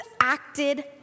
acted